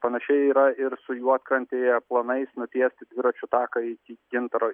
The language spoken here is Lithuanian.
panašiai yra ir su juodkrantėje planais nutiesti dviračių taką iki gintaro